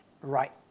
right